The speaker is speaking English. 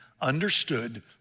understood